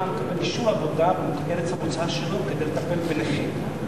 מקבל אישור עבודה בארץ המוצא שלו כדי לטפל בנכה.